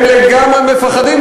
הם לגמרי מפחדים,